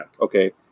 Okay